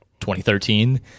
2013